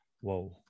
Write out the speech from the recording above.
whoa